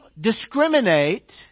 discriminate